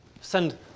Send